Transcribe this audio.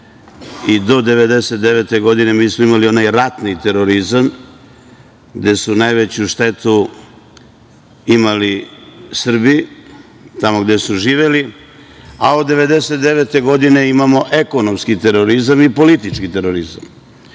i do 1999. godine mi smo imali onaj ratni terorizam, gde su najveću štetu imali Srbi, tamo gde su živeli, a od 1999. godine imamo ekonomski terorizam i politički terorizam. Ekonomski